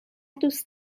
دوست